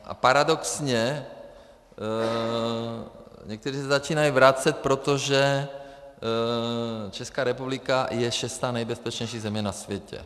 A paradoxně někteří se začínají vracet, protože Česká republika je šestá nejbezpečnější země na světě.